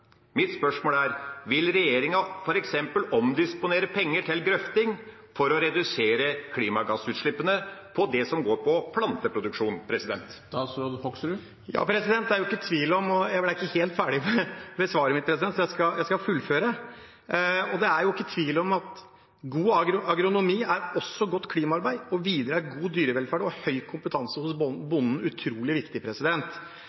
Mitt spørsmål er: Vil regjeringa f.eks. omdisponere penger til grøfting for å redusere klimagassutslippene fra det som handler om planteproduksjon? Jeg ble ikke helt ferdig med svaret mitt, så jeg skal fullføre: Det er ikke tvil om at god agronomi også er godt klimaarbeid, og videre er god dyrevelferd og høy kompetanse hos